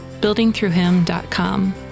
buildingthroughhim.com